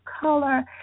color